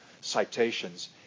citations